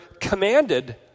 commanded